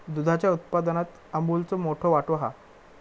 दुधाच्या उत्पादनात अमूलचो मोठो वाटो हा